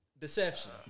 deception